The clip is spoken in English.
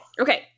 Okay